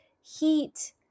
heat